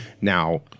now